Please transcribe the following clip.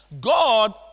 God